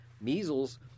Measles